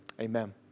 amen